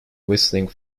whistling